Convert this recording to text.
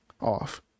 off